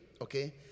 okay